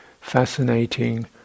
fascinating